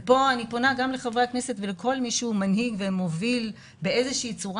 ופה אני פונה לחברי הכנסת ולכל מי שהוא מנהיג ומוביל באיזה צורה